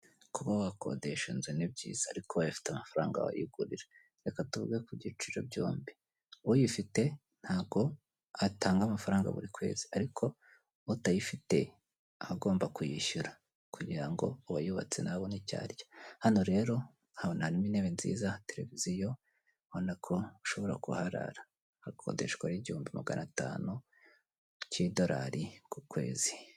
Kuba wakodesha inzu ni byiza ariko ubaye ufite amafaranga wayigurira. Reka tuvuge ku byiciro byombi, uyifite ntago atanga amafaranga buri kwezi ariko utayifite aba agomba kuyishyura kugira ngo uwayubatse nawe abone icyo arya, hano rero urahabona harimo intebe nziza, televiziyo urabona ko ushobora kuharara, hakodeshwa igihumbi magana atanu cy'idolari ku kwezi.